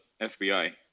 FBI